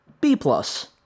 B-plus